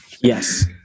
Yes